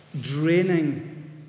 draining